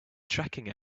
tracking